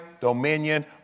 dominion